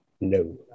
No